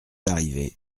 arrivée